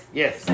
yes